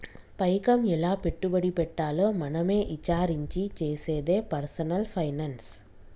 పైకం ఎలా పెట్టుబడి పెట్టాలో మనమే ఇచారించి చేసేదే పర్సనల్ ఫైనాన్స్